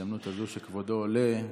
בהזדמנות הזאת שכבודו עולה,